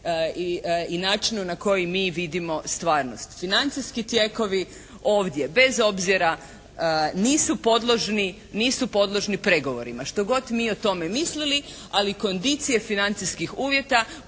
i načinu na koji mi vidimo stvarnost. Financijski tijekovi ovdje bez obzira nisu podložni pregovorima što god mi o tome mislili. Ali kondicije financijskih uvjeta,